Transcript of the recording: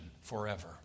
forever